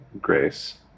grace